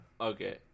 okay